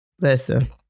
listen